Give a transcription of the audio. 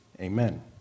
amen